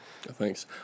Thanks